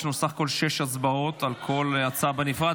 יש לנו בסך הכול שש הצבעות על כל הצעה בנפרד.